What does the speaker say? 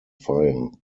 fire